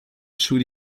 should